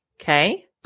Okay